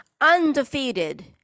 undefeated